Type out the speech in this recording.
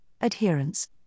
adherence